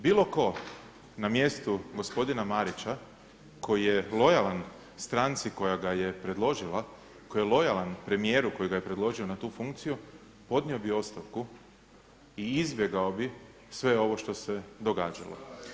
Bilo tko na mjestu gospodina Marića koji je lojalan stranci koja ga je predložila, koji je lojalan premijeru koji ga je predložio na tu funkciju podnio bi ostavku i izbjegao bi sve ovo što se događalo.